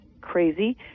crazy